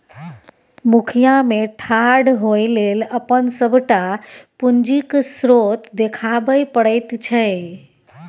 मुखिया मे ठाढ़ होए लेल अपन सभटा पूंजीक स्रोत देखाबै पड़ैत छै